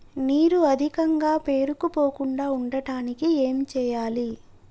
నీరు అధికంగా పేరుకుపోకుండా ఉండటానికి ఏం చేయాలి?